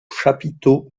chapiteaux